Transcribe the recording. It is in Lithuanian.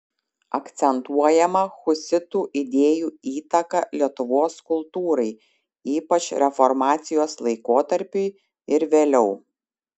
akcentuojama husitų idėjų įtaka lietuvos kultūrai ypač reformacijos laikotarpiui ir vėliau